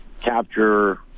capture